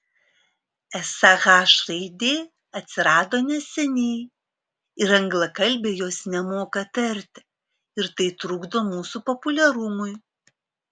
esą h raidė atsirado neseniai ir anglakalbiai jos nemoka tarti ir tai trukdo mūsų populiarumui